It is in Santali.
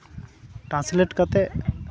ᱴᱨᱟᱱᱥᱞᱮᱴ ᱠᱟᱛᱮᱫ